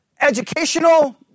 educational